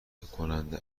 کننده